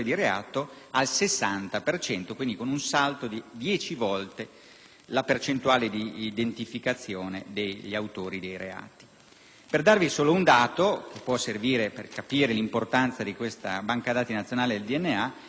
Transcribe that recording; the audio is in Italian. volte della percentuale d'identificazione degli autori dei reati. Per fornire un solo dato, che può servire per capire l'importanza di questa banca dati nazionale del DNA, nel 2005 nel nostro Paese sono stati denunciati